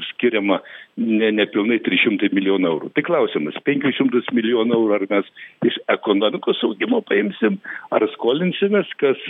skiriama ne nepilnai trys šimtai milijonų eurų tai klausimas penkis šimtus milijonų eurų ar mes iš ekonomikos augimo paimsim ar skolinsimės kas